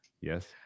yes